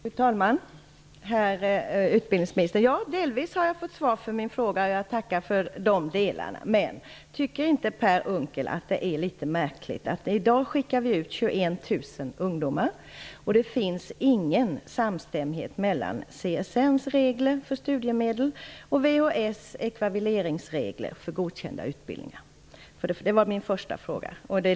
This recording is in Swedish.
Fru talman! Herr utbildningsminister! Jag har delvis fått svar på min fråga. Jag tackar för dessa delar. Men tycker inte Per Unckel att detta är litet märkligt? I dag skickar vi ut 21 000 ungdomar, men det finns ingen samstämmighet mellan CSN:s regler för studiemedel och VHS ekvivaleringsregler för godkända utbildningar. Det var min första fråga.